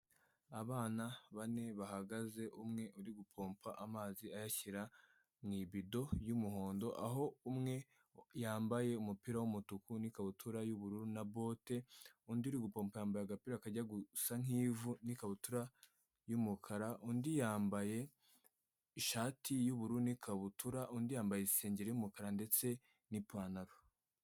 Abana bane bahagaze, umwe uri gupompa amazi ayashyira mu ibido y'umuhondo, aho umwe yambaye umupira w'umutuku n'ikabutura y'ubururu na bote, undi uri gupompa, yambaye agapira kajya gusa nki'ivu n'ikabutura y'umukara, undi yambaye ishati y'ubururu n'ikabutura, undi yambaye isengeri y'umukara ndetse n'ipantaro.